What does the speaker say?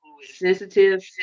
sensitive